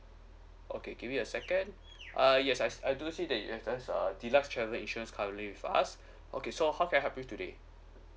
okay give me a second uh yes I I do see that you have uh deluxe travel insurance currently with us okay so how can I help you today